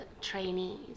trainees